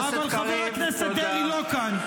אבל חבר הכנסת דרעי לא כאן.